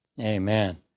Amen